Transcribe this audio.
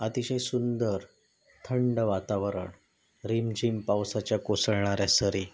अतिशय सुंदर थंड वातावरण रिमझिम पावसाच्या कोसळणाऱ्या सरी